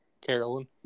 Carolyn